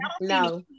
No